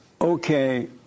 okay